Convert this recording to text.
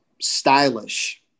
stylish